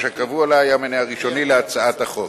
הקבוע לה היו מניע ראשוני להצעת החוק.